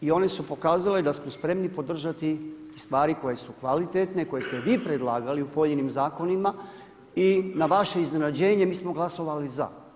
I one su pokazale da smo spremni podržati stvari koje su kvalitetne, koje ste vi predlagali u pojedinim zakonima i na vaše iznenađenje mi smo glasovali za.